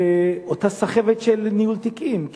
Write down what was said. בגין אותה סחבת של ניהול תיקים?